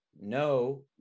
no